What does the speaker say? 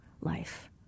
life